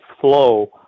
flow